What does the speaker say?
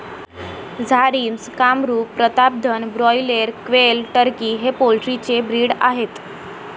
Jharsim, Kamrup, Pratapdhan, broiler, quail, turkey हे poultry चे breed आहेत